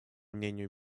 мнению